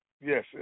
yes